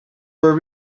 were